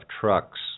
trucks